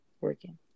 working